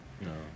No